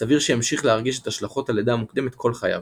סביר שימשיך להרגיש את השלכות הלידה המוקדמת כל חייו,